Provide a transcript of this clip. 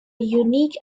unique